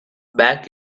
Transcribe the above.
back